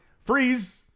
freeze